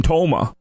Toma